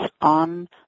on